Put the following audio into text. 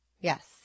Yes